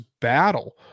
battle